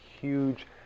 huge